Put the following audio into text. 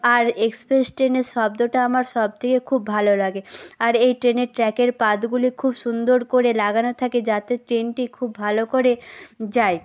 আর express ট্রেনের শব্দটা আমার সবথেকে খুব ভালো লাগে আর এই ট্রেনের ট্র্যাকের পাতগুলি খুব সুন্দর করে লাগানো থাকে যাতে ট্রেনটি খুব ভালো করে যায়